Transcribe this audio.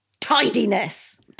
tidiness